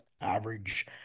average